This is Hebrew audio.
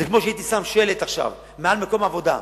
זה כמו שהייתי שם עכשיו שלט במקום עבודה: